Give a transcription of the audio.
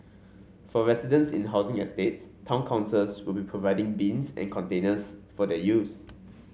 for residents in housing estates town councils will be providing bins and containers for their use